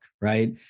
right